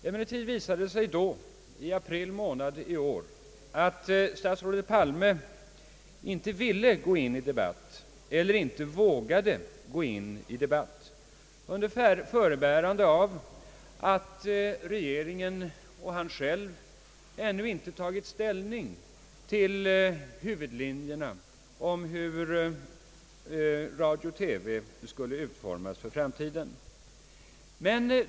Emellertid visade det sig den gången att statsrådet Palme inte ville eller inte vågade gå in i debatt, under förebärande av att regeringen och han själv ännu inte tagit ställning till huvudlinjerna för den framtida utformningen av radio och TV.